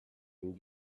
and